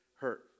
hurt